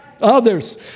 Others